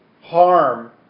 harm